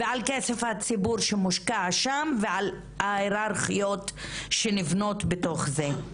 ועל כסף הציבור שמושקע שם וההיררכיות שנבנות בתוך זה.